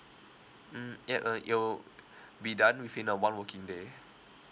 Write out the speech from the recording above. mm ya uh it will be done within uh one working day